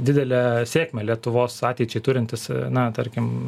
didelę sėkmę lietuvos ateičiai turintis na tarkim